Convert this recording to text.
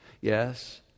Yes